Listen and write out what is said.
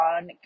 on